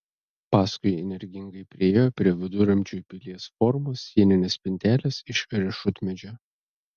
paskui energingai priėjo prie viduramžių pilies formos sieninės spintelės iš riešutmedžio